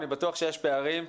אני בטוח שיש פערים.